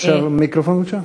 אפשר מיקרופון, בבקשה?